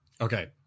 Okay